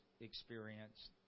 Experience